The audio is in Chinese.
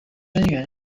贞元